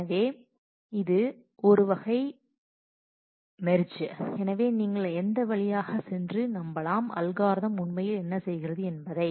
எனவே இது ஒரு வகை இங்கே ஒரு மெர்ஜ் எனவே நீங்கள் அந்த வழியாக சென்று நம்பலாம் அல்காரிதம் உண்மையில் என்ன செய்கிறது என்பதை